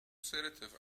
sedative